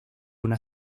una